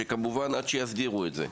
עד שיסדירו את זה.